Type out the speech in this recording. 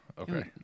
okay